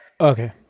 Okay